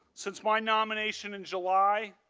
since my nomination in july,